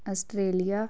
Australia